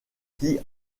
qui